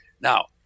Now